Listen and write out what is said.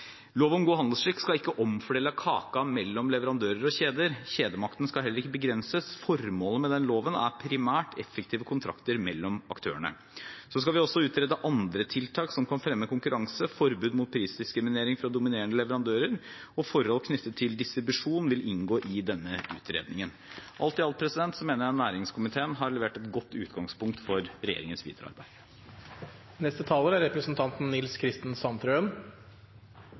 Lov om god handelsskikk skal ikke omfordele kaken mellom leverandører og kjeder, kjedemakten skal heller ikke begrenses. Formålet med denne loven er primært effektive kontrakter mellom aktørene. Så skal vi også utrede andre tiltak som kan fremme konkurranse. Forbud mot prisdiskriminering fra dominerende leverandører og forhold knyttet til distribusjon vil inngå i denne utredningen. Alt i alt mener jeg næringskomiteen har levert et godt utgangspunkt for regjeringens videre arbeid.